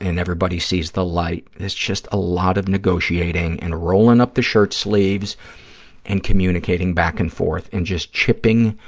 and everybody sees the light. it's just a lot of negotiating and rolling up the shirt sleeves and communicating back and forth and just chipping